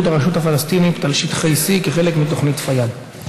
הרשות הפלסטינית על שטחי C כחלק מתוכנית פיאד.